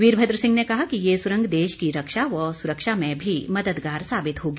वीरभद्र सिंह ने कहा कि ये सुरंग देश की रक्षा व सुरक्षा में भी मददगार साबित होगी